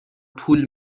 پول